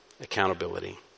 accountability